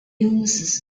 illnesses